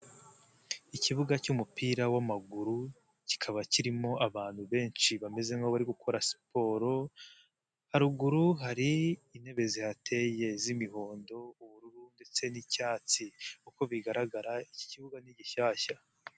Ikibuga cy'umupira w'amaguru kikaba kirimo abantu benshi bameze nk'abari gukora siporo, haruguru hari intebe zihateye z'imihondo, ubururu, ndetse n'icyatsi, uko bigaragara iki kibuga ni gishyashya.